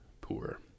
poor